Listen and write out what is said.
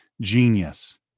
genius